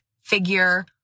figure